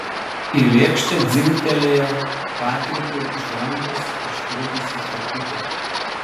į lėkštę dzingtelėjo patrikui iš rankos iškritusi šakutė